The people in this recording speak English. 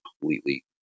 completely